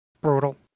brutal